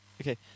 Okay